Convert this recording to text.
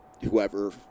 whoever